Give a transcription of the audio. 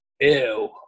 Ew